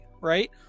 right